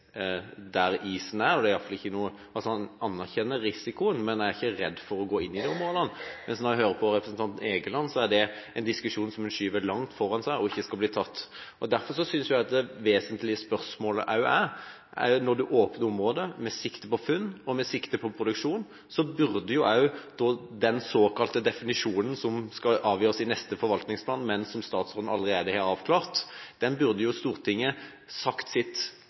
der isen er. Han anerkjenner risikoen, men er ikke redd for å gå inn i områdene. Hvis man hører på representanten Egeland, er det en diskusjon man skyver langt foran seg, og som ikke skal bli tatt. Derfor synes jeg også at det vesentlige spørsmålet er: Når man åpner området med sikte på funn og produksjon, burde Stortinget, når det gjelder den såkalte definisjonen, som skal avgjøres i neste forvaltningsplan, men som statsråden allerede har avklart, sende klare og tydelige signaler om at slik er det. I vårt forslag definerer vi iskanten på samme måte som de miljøfaglige etatene: den